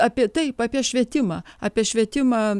apie taip apie švietimą apie švietimą